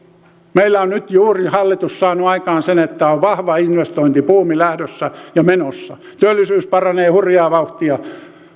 meillä on nyt juuri hallitus saanut aikaan sen että on vahva investointibuumi lähdössä ja menossa työllisyys paranee hurjaa vauhtia